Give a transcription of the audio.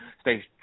Stay